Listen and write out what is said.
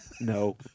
No